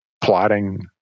plotting